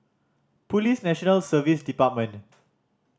Police National Service Department